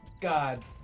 God